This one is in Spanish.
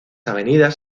avenidas